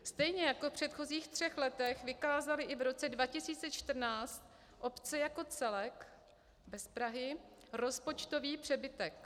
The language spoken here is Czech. Stejně jako v předchozích třech letech vykázaly i v roce 2014 obce jako celek bez Prahy rozpočtový přebytek.